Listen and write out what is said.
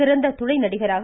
சிறந்த துணை நடிகராக